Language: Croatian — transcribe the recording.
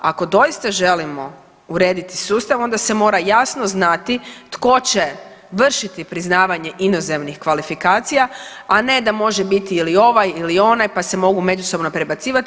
Ako doista želimo urediti sustav, onda se mora jasno znati tko će vršiti priznavanje inozemnih kvalifikacija, a ne da može biti ili ovaj ili onaj, pa se mogu međusobno prebacivati.